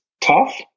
tough